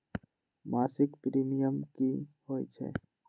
मासिक प्रीमियम की होई छई?